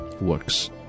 works